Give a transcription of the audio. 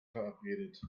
verabredet